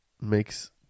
makes